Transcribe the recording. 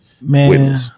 Man